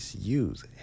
use